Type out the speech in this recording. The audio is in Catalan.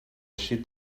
així